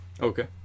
okay